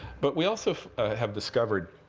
but we also have discovered,